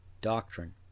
doctrine